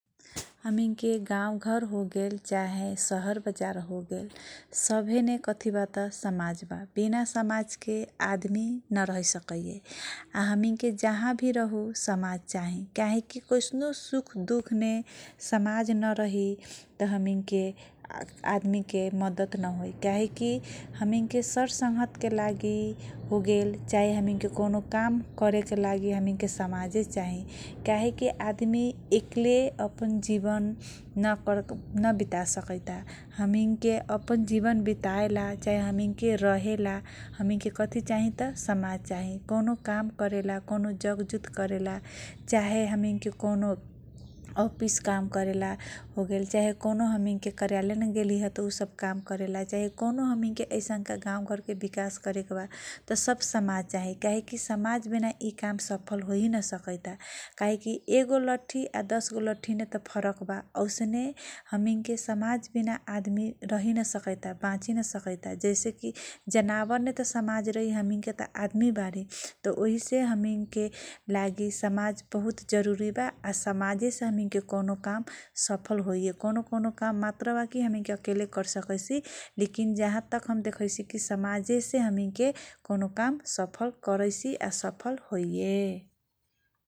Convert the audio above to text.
हमिनके गाउँ घर होगेल चाहे सहर बजार होगेल सभेमे कथी बा त समाज बा विना समाजके आदमी नरहकयै । हमिनके जहाँ भी रहु समाज चाहि काहेकी कैसको सुख दुख मे समाज नरही तँ हमीनके मद्दत नहोइ । काहेकी हमिनके सरसँगके लागि होगेल चाहे हमिनके कौनो काम करेके लागि हमिनके समाज चाहि । काहे कि आदमी एकले अपन जिवन नवितासकैता । हमिनके अपन जिवन विताएला चाहे रहेला, हमिनके कथी चाही त । समाजसे चाहि कौनो काम करेला, कौनो जंगजुत करेला चाहे हमिनके कौनो अफिसके काम करेला चाहे कौनो कार्यालयने उसब काम करेला चाहे यैसनका कौनो गाउँघरमे विकास करेके बा, सब समाजहि चाहि काहे कि समाज विना कौनो काम सफल होइ न सकैता । काहे कि एगो लठी चाहे, दशगो लठीमे तँ फरक बा । औसने हमिनके समाजविना आदमी रहिन सकैता । जैसे कि जनावने त समाज रहैयै त हमैनके त आदमी बारी, उहीसे हमिनको लागि समाज बहुत जरुरी बा । समाजेसे समिनके कौनो काम सफल हाइये । कौनो काम मात्र बाकी, हमीनके एकेले कर सकैसी । लेकिन जहाँ तक हम देखैसि, समाज से, हमिनके कौनो काम सफल करैसी या सफ होये ।